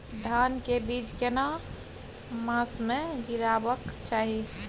धान के बीज केना मास में गीरावक चाही?